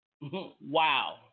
wow